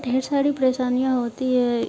ढेर सारी परेशानियां होती है